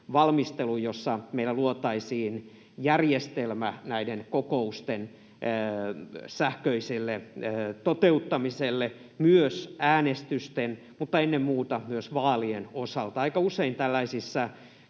valmistelun, jossa meillä luotaisiin järjestelmä näiden kokousten sähköiselle toteuttamiselle, myös äänestysten mutta ennen muuta myös vaalien osalta. Aika usein tällaisissa